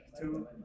two